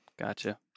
Gotcha